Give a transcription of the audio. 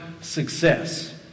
success